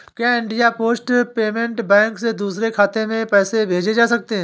क्या India post payment bank से दूसरे खाते में पैसे भेजे जा सकते हैं?